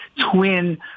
twin